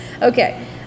Okay